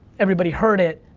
everybody heard it.